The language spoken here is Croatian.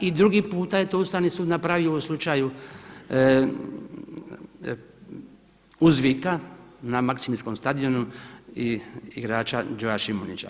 I drugi puta je to Ustavni sud napravio u slučaju uzvika na Maksimirskom stadionu i igrača Joa Šimunića.